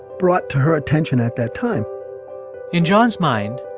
brought to her attention at that time in john's mind,